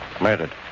Murdered